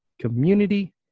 community